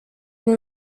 une